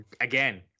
again